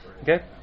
Okay